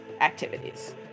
activities